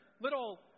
little